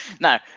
No